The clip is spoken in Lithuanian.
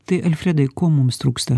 tai alfredai ko mums trūksta